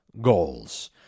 goals